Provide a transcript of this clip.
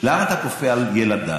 למה אתה כופה על ילדיי,